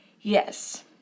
yes